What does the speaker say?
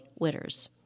Witters